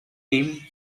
team